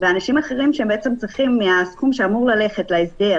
כשאנשים אחרים שצריכים מהסכום שאמור ללכת להסדר